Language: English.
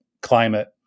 climate